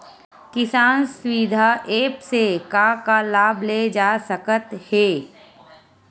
किसान सुविधा एप्प से का का लाभ ले जा सकत हे?